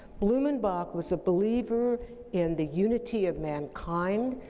blumenbach was a believer in the unity of mankind.